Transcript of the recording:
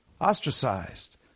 ostracized